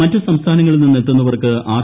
മറ്റു സംസ്ഥാനങ്ങളിൽ നിന്ന് എത്തുന്നവർക്ക് ആർ